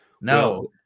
no